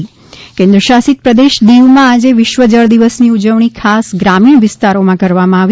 દીવ જળ દિવસ કેન્દ્ર શાસિત પ્રદેશ દીવમાં આજે વિશ્વ જળ દિવસની ઉજવણી ખાસ ગ્રામીણ વિસ્તારોમાં કરવામાં આવી